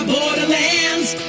Borderlands